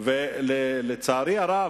לצערי הרב,